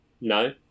No